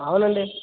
అవునండి